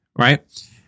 Right